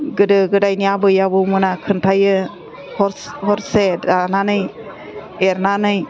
गोदो गोदायनि आबै आबौमोना खोनथायो हर हरसे दानानै एरनानै